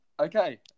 Okay